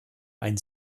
ein